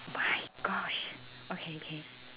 my gosh okay okay